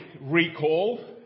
recall